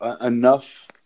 enough